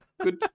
Good